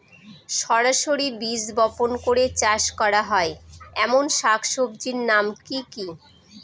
সরাসরি বীজ বপন করে চাষ করা হয় এমন শাকসবজির নাম কি কী?